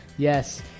Yes